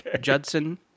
Judson